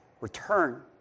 return